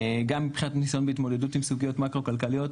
גם מבחינת ניסיון בהתמודדות עם סוגיות מאקרו כלכליות,